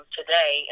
today